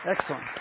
Excellent